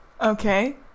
okay